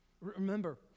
Remember